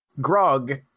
Grog